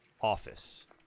office